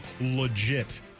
legit